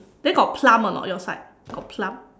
then got plum or not your side got plum